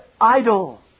idol